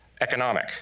economic